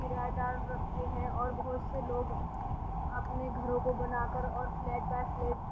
کرایہ دار رکھتے ہیں اور بہت سے لوگ اپنے گھروں کو بنا کر اور فلیٹ بائی فلیٹ